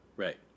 Right